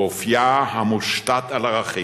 באופיה המושתת על ערכים,